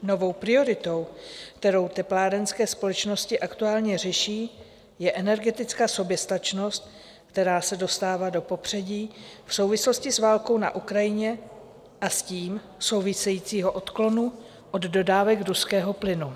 Novou prioritou, kterou teplárenské společnosti aktuálně řeší, je energetická soběstačnost, která se dostává do popředí v souvislosti s válkou na Ukrajině a s tím souvisejícího odklonu od dodávek ruského plynu.